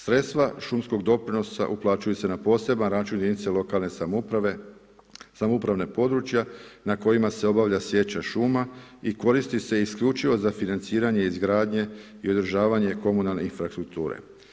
Sredstva šumskog doprinosa uplaćuju se na poseban račun jedinica lokalne samouprave, samoupravna područja na kojima se obavlja sijeća šuma i koristi se isključivo za financiranje izgradnje i održavanje komunalne infrastrukture.